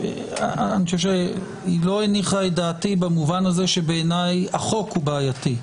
אני חושב שהיא לא הניחה את דעתי במובן הזה שבעיניי החוק הוא בעייתי.